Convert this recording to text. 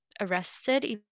arrested